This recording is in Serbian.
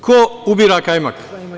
Ko ubira kajmak?